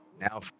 now